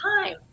time